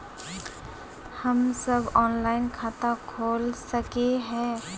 हम सब ऑनलाइन खाता खोल सके है?